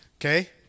okay